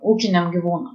ūkiniam gyvūnam